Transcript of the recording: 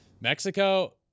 Mexico